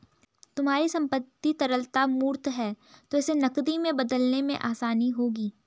तुम्हारी संपत्ति तरलता मूर्त है तो इसे नकदी में बदलने में आसानी होगी